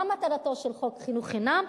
מה מטרתו של חוק חינוך חינם?